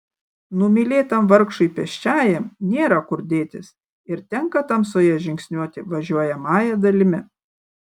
numylėtam vargšui pėsčiajam nėra kur dėtis ir tenka tamsoje žingsniuoti važiuojamąja dalimi